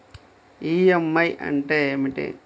EMI అంటే ఏమిటి?